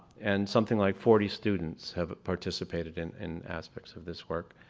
and something like forty students have participated in in aspects of this work.